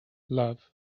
love